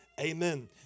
amen